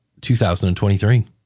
2023